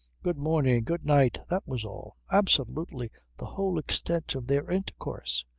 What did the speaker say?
good morning good night that was all absolutely the whole extent of their intercourse.